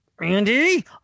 Andy